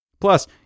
Plus